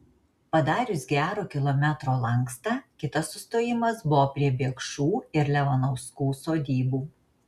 padarius gero kilometro lankstą kitas sustojimas buvo prie biekšų ir levanauskų sodybų